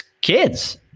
kids